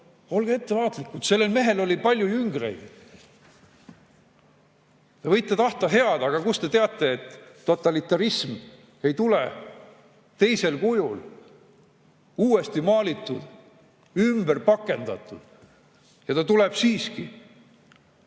Olge ettevaatlikud! Sellel mehel oli palju jüngreid. Te võite tahta head, aga kust te teate, et totalitarism ei tule teisel kujul, uuesti maalitud, ümber pakendatud kujul? Ta tuleb siiski. Nii